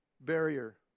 barrier